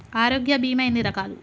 ఆరోగ్య బీమా ఎన్ని రకాలు?